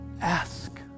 Ask